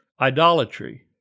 idolatry